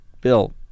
Bill